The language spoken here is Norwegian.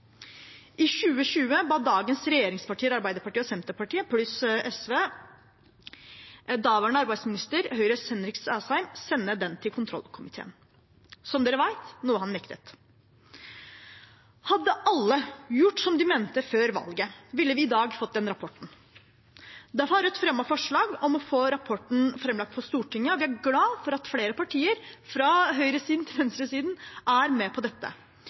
I 2020 ba dagens regjeringspartier, Arbeiderpartiet og Senterpartiet pluss SV, daværende arbeidsminister Høyres Henrik Asheim sende den til kontrollkomiteen, noe han som vi vet, nektet. Hadde alle gjort som de mente før valget, ville vi i dag fått den rapporten. Derfor har Rødt fremmet forslag om å få rapporten framlagt for Stortinget, og vi er glad for at flere partier – fra høyresiden til venstresiden – er med på dette.